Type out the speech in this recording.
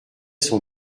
son